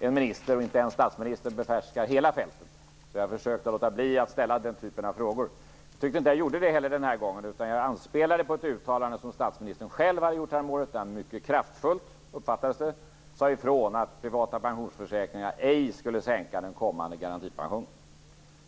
Fru talman! Jag har full förståelse för att inte en minister och inte ens statsministern behärskar hela fältet. Därför försökte jag att låta bli att ställa den typen av frågor. Det gjorde jag inte heller den här gången, utan jag anspelade på ett uttalande som statsministern själv har gjort där han - som det uppfattades - mycket kraftfullt sade ifrån att privata pensionsförsäkringar ej skulle sänka den kommande garantipensionen.